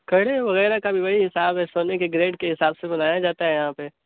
کڑے وغیرہ کا بھی وہی حساب ہے سونے کے گریڈ کے حساب سے بنایا جاتا ہے یہاں پہ